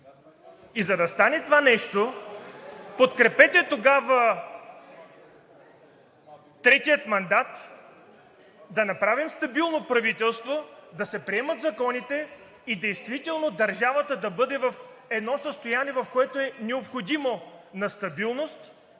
и за да стане това нещо, подкрепете тогава третия мандат, да направим стабилно правителство, да се приемат законите и действително държавата да бъде в едно състояние, което е необходимо – на стабилност.